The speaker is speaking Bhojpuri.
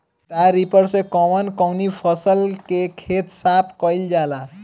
स्टरा रिपर से कवन कवनी फसल के खेत साफ कयील जाला?